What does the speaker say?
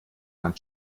man